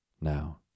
Now